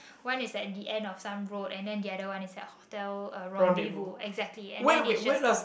one is at the end of some road and then the other one is at Hotel-Rendezvous exactly and then it's just the